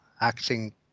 acting